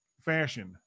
fashion